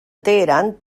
teheran